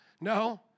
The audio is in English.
No